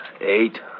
eight